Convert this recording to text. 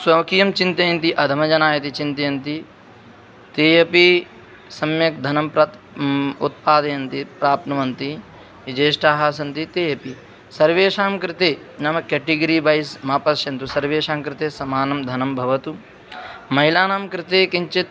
स्वकीयं चिन्तयन्ति अधमजनाः यदि चिन्तयन्ति तेऽपि सम्यक् धनम् प्रत् उत्पादयन्ति प्राप्नुवन्ति ये जेष्ठाः सन्ति ते अपि सर्वेषां कृते नाम केटेगिरी वैज़् मा पश्यन्तु सर्वेषां कृते समानं धनं भवतु महिलानां कृते किञ्चित्